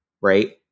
right